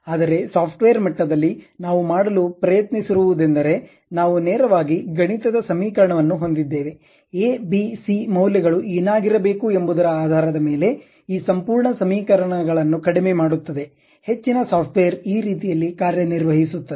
ಆದರೆ ಸಾಫ್ಟ್ವೇರ್ ಮಟ್ಟದಲ್ಲಿ ನಾವು ಮಾಡಲು ಪ್ರಯತ್ನಿಸುತ್ತಿರುವುದೆಂದರೆ ನಾವು ನೇರವಾಗಿ ಗಣಿತದ ಸಮೀಕರಣವನ್ನು ಹೊಂದಿದ್ದೇವೆ ಎ ಬಿ ಸಿ ಮೌಲ್ಯಗಳು ಏನಾಗಿರಬೇಕು ಎಂಬುದರ ಆಧಾರದ ಮೇಲೆ ಈ ಸಂಪೂರ್ಣ ಸಮೀಕರಣಗಳನ್ನು ಕಡಿಮೆ ಮಾಡುತ್ತದೆ ಹೆಚ್ಚಿನ ಸಾಫ್ಟ್ವೇರ್ ಈ ರೀತಿಯಲ್ಲಿ ಕಾರ್ಯನಿರ್ವಹಿಸುತ್ತದೆ